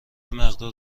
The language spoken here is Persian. مقدار